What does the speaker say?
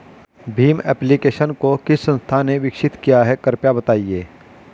Bhim application को किस संस्था ने विकसित किया है कृपया बताइए?